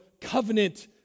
covenant